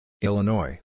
Illinois